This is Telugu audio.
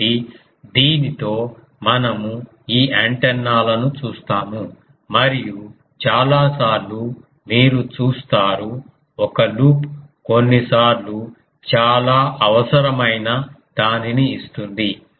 కాబట్టి దీనితో మనము ఈ యాంటెన్నాలను చూస్తాము మరియు చాలా సార్లు మీరు చూస్తారు ఒక లూప్ కొన్నిసార్లు చాలా అవసరమైన దానిని ఇస్తుంది